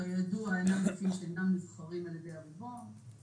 שכידוע אינם נבחרים על ידי הציבור.